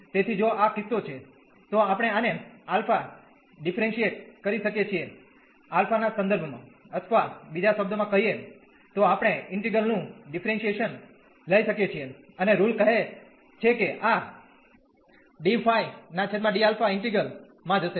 તેથી જો આ કિસ્સો છે તો આપણે આને Φ ડીફરેન્શીયટ કરી શકીયે છીએ α ના સંદર્ભમાંઅથવા બીજા શબ્દોમાં કહીએ તો આપણે ઈન્ટિગ્રલ નું ડીફરેન્શીયેશન લઈ શકીયે છીએ અને રુલ કહે છે કે આ ઈન્ટિગ્રલ માં જશે